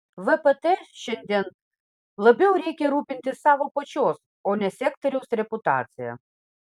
vpt šiandien labiau reikia rūpintis savo pačios o ne sektoriaus reputacija